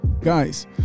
guys